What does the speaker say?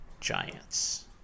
Giants